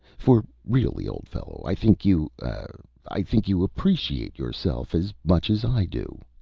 for really, old fellow, i think you ah i think you appreciate yourself as much as i do.